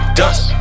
dust